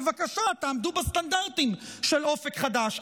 בבקשה, תעמדו בסטנדרטים של אופק חדש.